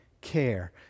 care